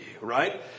right